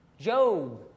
Job